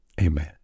Amen